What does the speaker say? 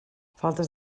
faltes